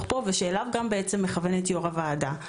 פה ושאליו גם בעצם מכוונת יושבת-ראש הוועדה.